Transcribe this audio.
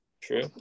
True